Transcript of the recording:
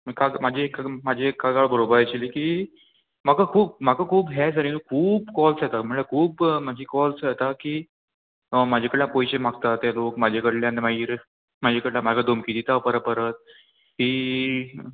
म्हाका म्हाजी एक म्हाजी एक कागाळ बरोबर आशिल्ली की म्हाका खूब म्हाका खूब हे सारके खूब कॉल्स येता म्हळ्यार खूब म्हाजी कॉल्स येता की म्हाजे कडल्यान पयशे मागता ते लोक म्हाजे कडल्यान मागीर म्हाजे कडल्यान म्हाका धोमकी दिता परत परत की